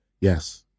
Yes